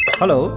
Hello